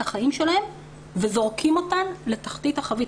החיים שלהן וזורקים אותן לתחתית החבית.